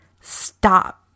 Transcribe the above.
stop